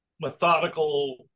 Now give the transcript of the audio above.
methodical